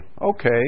okay